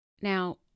Now